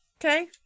Okay